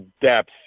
depth